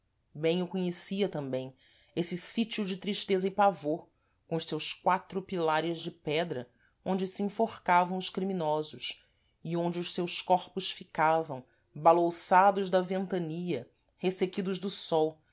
bem o conhecia tambêm êsse sítio de tristeza e pavor com os seus quatro pilares de pedra onde se enforcavam os criminosos e onde os seus corpos ficavam balouçados da ventania ressequidos do sol